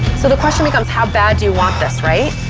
so the pressure becomes how bad do you want this, right?